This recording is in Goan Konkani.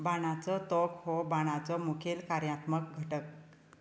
बाणाचो तोंक हो बाणाचो मुखेल कार्यात्मक घटक